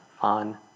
on